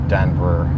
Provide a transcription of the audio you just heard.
Denver